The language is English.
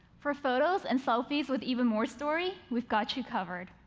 for photos and selfies with even more story, we've got you covered.